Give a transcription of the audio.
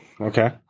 Okay